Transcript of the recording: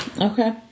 Okay